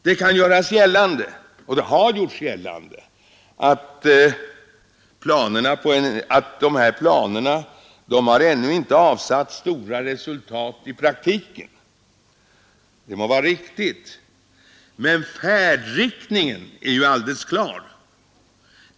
Det kan göras gällande — och det har gjorts gällande — att de planerna ännu inte har avsatt stora resultat i praktiken. Detta må vara riktigt, men färdriktningen är ju alldeles klar.